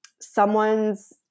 Someone's